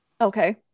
Okay